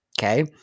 Okay